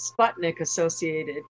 Sputnik-associated